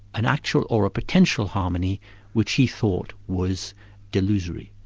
an actual or a potential harmony which he thought was delusory.